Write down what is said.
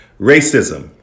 Racism